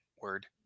Word